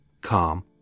calm